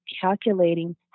calculating